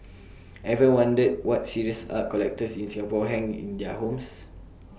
ever wondered what serious art collectors in Singapore hang in their homes